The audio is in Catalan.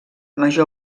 major